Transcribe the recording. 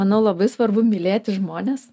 manau labai svarbu mylėti žmones